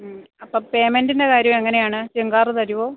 മ്മ് അപ്പോൾ പേയ്മെൻറ്റിൻ്റെ കാര്യം എങ്ങനെയാണ് ജങ്കാറ് തരുമോ